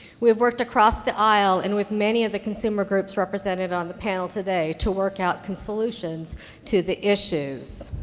we have worked across the aisle and with many of the consumer groups represented on the panel today to work out some solutions to the issues.